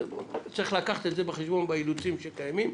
צריך לקחת את זה בחשבון באילוצים שקיימים.